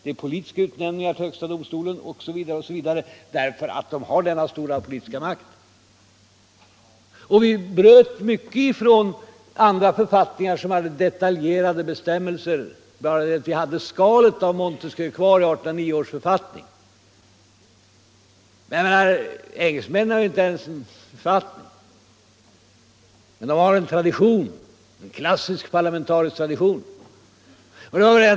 Det är politiska utnämningar till högsta domstolen osv., därför att domstolarna har denna stora politiska makt. Vi bröt mycket med andra författningar som hade detaljerade bestämmelser — det var bara det att vi hade skalet av Montesquieus maktdelningslära kvar i 1809 års författning. Engelsmännen har ju inte ens en författning, men de har en tradition — en klassisk parlamentarisk tradition.